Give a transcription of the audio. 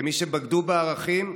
כמי שבגדו בערכים,